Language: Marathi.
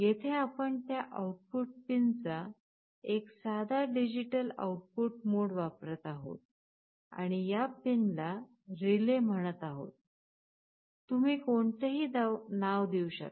येथे आपण त्या आउटपुट पिनचा एक साधा डिजिटल आउटपुट मोड वापरत आहोत आणि या पिनला "रिले" म्हणत आहोत तुम्ही कोणतेही नाव देऊ शकता